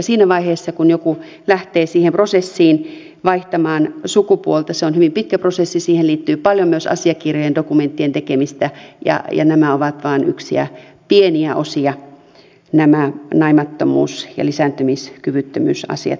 siinä vaiheessa kun joku lähtee siihen prosessiin vaihtamaan sukupuolta se on hyvin pitkä prosessi siihen liittyy paljon myös asiakirjojen dokumenttien tekemistä ja nämä naimattomuus ja lisääntymiskyvyttömyysasiat ovat vain yksiä pieniä osia siinä prosessissa